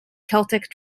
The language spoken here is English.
celtic